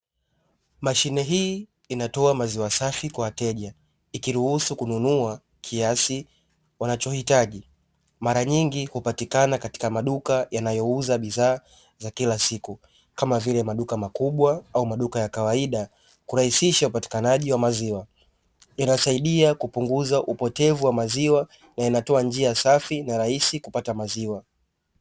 Mashine hii inatoa maziwa safi kwa wateja ikiruhusu kununua kiasi wanachohitaji mara nyingi hupatikana katika maduka yanayouza bidhaa za kila siku kama vile maduka makubwa au maduka ya kawaida kurahisisha upatikanaji wa maziwa, inasaidia kupunguza upotevu wa maziwa na inatoa njia safi na rahisi kupata maziwa.